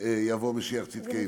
יבוא משיח צדקנו,